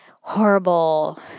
horrible